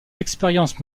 expériences